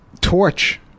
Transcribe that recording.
Torch